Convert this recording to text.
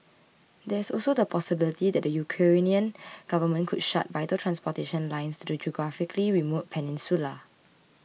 there is also the possibility that the Ukrainian government could shut vital transportation lines to the geographically remote peninsula